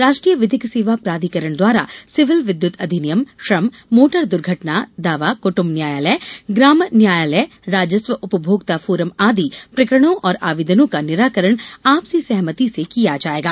राष्ट्रीय विधिक सेवा प्राधिकरण द्वारा सिविल विद्युत अधिनियम श्रम मोटर दुर्घटना दावा कुटुम्ब न्यायालय ग्राम न्यायालय राजस्व उपभोक्ता फोरम आदी प्रकरणों और आवेदन का निराकरण आपसी सहमति से किया जाएगा